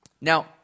Now